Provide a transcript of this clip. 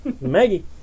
Maggie